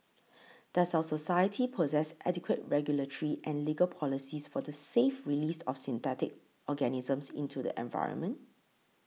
does our society possess adequate regulatory and legal policies for the safe release of synthetic organisms into the environment